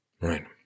Right